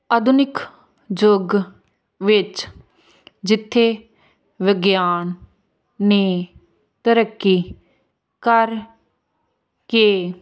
ਆਧੁਨਿਕ ਯੁੱਗ ਵਿੱਚ ਜਿੱਥੇ ਵਿਗਿਆਨ ਨੇ ਤਰੱਕੀ ਕਰ ਕੇ